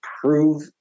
prove